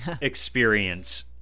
experience